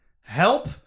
help